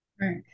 right